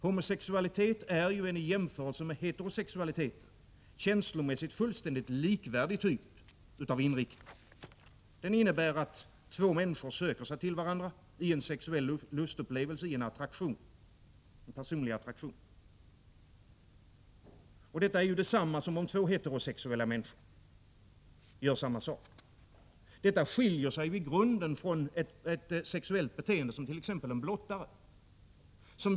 Homosexualitet är ju känslomässigt sett en i jämförelse med heterosexualitet fullständigt likvärdig typ av inriktning. Den innebär att två människor söker sig till varandra i en sexuell lustupplevelse och i en personlig attraktion. Detta är detsamma som om två heterosexuella människor gör samma sak. Men det skiljer sig i grunden från ett sexuellt beteende som t.ex. en blottares.